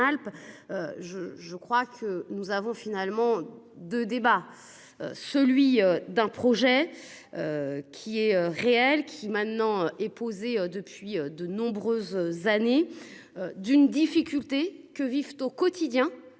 je crois que nous avons finalement de débat. Celui d'un projet. Qui est réelle, qui maintenant est posée depuis de nombreuses années. D'une difficulté que vivent au quotidien